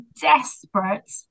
desperate